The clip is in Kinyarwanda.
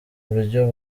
buryo